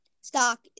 stock